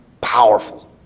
powerful